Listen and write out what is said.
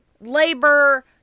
labor